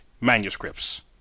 manuscripts